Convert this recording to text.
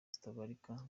zitabarika